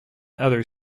other